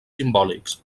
simbòlics